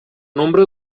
nombre